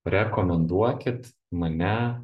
rekomenduokit mane